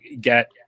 get